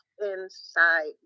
inside